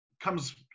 comes